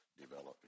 developing